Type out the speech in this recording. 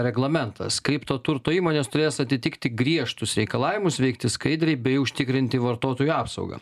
reglamentas kaip to turto įmonės turės atitikti griežtus reikalavimus veikti skaidriai bei užtikrinti vartotojų apsaugą